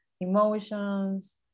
emotions